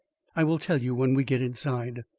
i will tell you when we get inside.